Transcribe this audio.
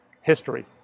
history